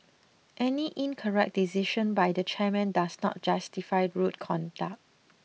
any incorrect decision by the chairman does not justify rude conduct